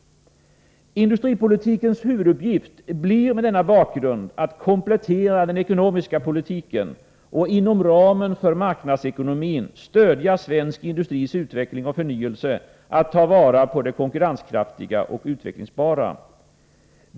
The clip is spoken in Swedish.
Industripolitikens huvuduppgift blir mot denna bakgrund att komplettera den ekonomiska politiken och att inom ramen för marknadsekonomin stödja svensk industris utveckling och förnyelse samt att ta vara på det konkurrenskraftiga och utvecklingsbara.